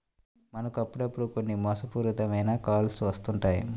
మనకు అప్పుడప్పుడు కొన్ని మోసపూరిత మైన కాల్స్ వస్తుంటాయి